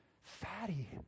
fatty